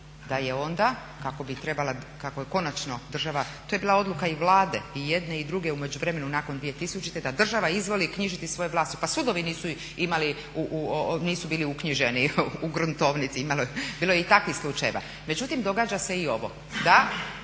da je onda kako je konačno država, to je bila odluka i Vlade i jedne i druge u međuvremenu nakon 2000. da država izvoli knjižiti svoje vlasništvo. Pa sudovi nisu imali, nisu bili uknjiženi u gruntovnici, imalo je, bilo je i takvih slučajeva. Međutim, događa se i ovo